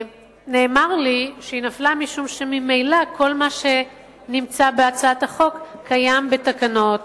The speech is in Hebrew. נאמר לי שהיא נפלה משום שממילא כל מה שנמצא בהצעת החוק קיים בתקנות